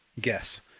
guess